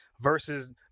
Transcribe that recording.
versus